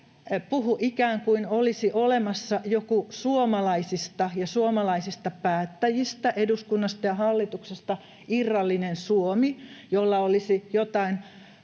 puhu ikään kuin olisi olemassa joku suomalaisista ja suomalaisista päättäjistä, eduskunnasta ja hallituksesta, irrallinen Suomi, jolla olisi jotain